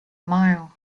mile